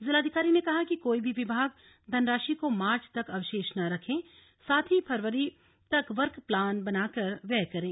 जिलाधिकारी ने कहा कि कोई भी विभाग धनराशि को मार्च तक अवशेष न रखें साथ ही फरवरी तक वर्क प्लान बनाकर व्यय करें